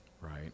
right